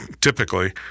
typically